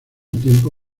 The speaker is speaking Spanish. tiempo